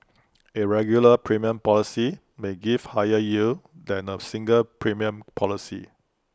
A regular premium policy may give higher yield than A single premium policy